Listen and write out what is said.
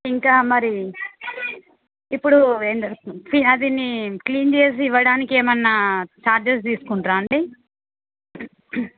ఇంకా మరి ఇప్పుడు అది క్లీన్ చేసి ఇవ్వడానికి ఏమైనా చార్జెస్ తీసుకుంటారా అండి